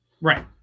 Right